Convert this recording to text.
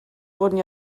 wurden